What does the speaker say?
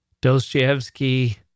Dostoevsky